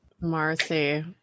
Marcy